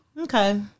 Okay